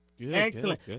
Excellent